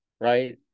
right